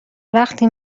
وقتی